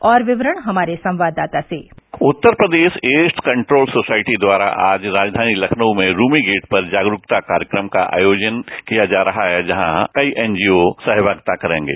और विवरण हमारे संवाददाता से Uttar Pradesh AIDS control society द्वारा आज राजधानी लखनऊ में रूमी गेट पर जागरूकता कार्यक्रम का आयोजन किया गया है जहां कई एनजीओ से सहभागिता करेंगे